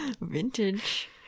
Vintage